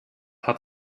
hat